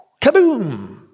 Kaboom